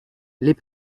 les